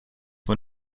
for